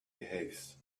behaves